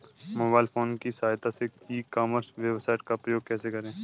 Mobile phone की सहायता से ई कॉमर्स वेबसाइट का उपयोग कैसे करें?